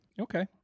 Okay